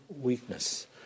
weakness